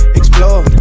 explore